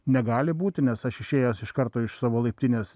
negali būti nes aš išėjęs iš karto iš savo laiptinės